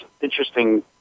interesting